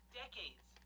decades